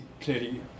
clearly